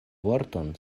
vorton